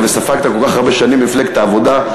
וספגת כל כך הרבה שנים במפלגת העבודה,